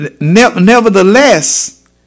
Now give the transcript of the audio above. nevertheless